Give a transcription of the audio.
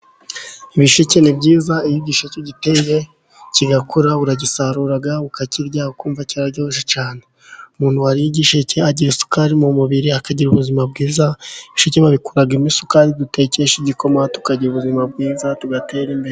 Ibisheke ni byiza, iyo igisheke ugiteye kigakura, uragisarura, ukakirya ukumva kiraryoshye cyane. Umuntu wariye igisheke agira isukari mu mubiri, akagira ubuzima bwiza. Ibisheke babikuramo isukari dutekesha igikoma tukagira ubuzima bwiza, tugatera imbere.